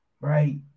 right